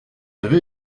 avez